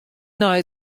nei